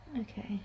okay